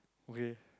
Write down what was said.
okay